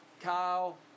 Kyle